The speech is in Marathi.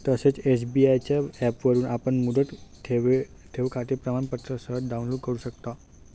तसेच एस.बी.आय च्या ऍपवरून आपण मुदत ठेवखाते प्रमाणपत्र सहज डाउनलोड करु शकता